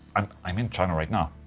um i'm in china right now,